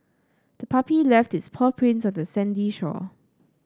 the puppy left its paw prints on the sandy shore